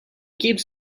keeps